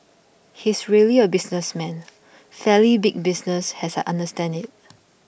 he's really a businessman fairly big business as I understand it